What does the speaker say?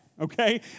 okay